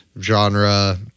Genre